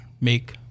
make